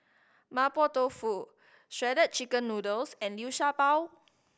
Mapo Tofu Shredded Chicken Noodles and Liu Sha Bao